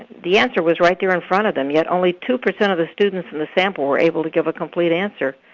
the answer was right there in front of them, yet only two percent of the students in the sample were able to give a complete answer,